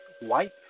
white